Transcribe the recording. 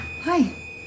hi